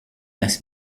las